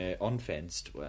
unfenced